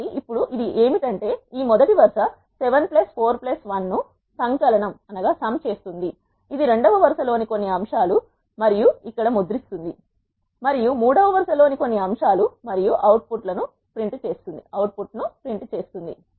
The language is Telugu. కాబట్టి ఇప్పుడు అది ఏమిటంటే ఈ మొదటి వరుస 7 4 1 ను సంకలనం చేస్తుంది ఇది రెండవ వరుస లోని కొన్ని అంశాలు మరియు ఇక్కడ ముద్రిస్తుంది మరియు మూడవ వరుస లోని కొన్ని అంశాలు మరియు అవుట్పుట్ను ప్రింట్ చేస్తుంది